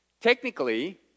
Technically